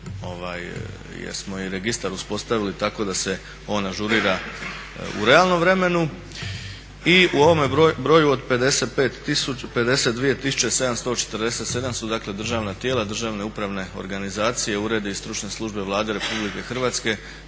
doći jer smo i registar uspostavili tako da se on ažurira u realnom vremenu. I u ovom broju od 52.747 su državna tijela, državne upravne organizacije, uredi i stručne službe Vlade RH, ostala